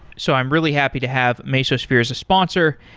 so i'm really happy to have mesosphere as a sponsor,